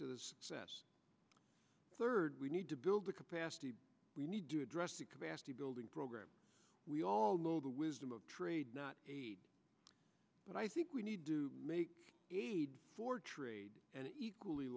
the third we need to build the capacity we need to address the capacity building program we all know the wisdom of trade not aid but i think we need to make for trade and equally